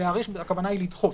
הכוונה היא לדחות.